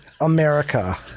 America